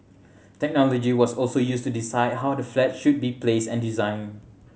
technology was also used to decide how the flats should be placed and designed